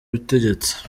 butegetsi